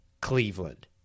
Cleveland